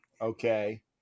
okay